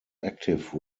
active